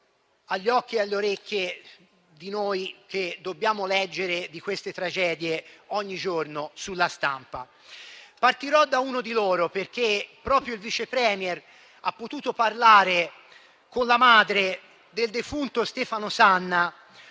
sotto gli occhi di noi che dobbiamo leggere di queste tragedie ogni giorno sulla stampa. Partirò da uno di loro perché proprio il Vice *Premier* ha potuto parlare con la madre del defunto Stefano Sanna,